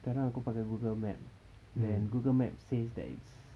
sekarang aku pakai google map then google map says that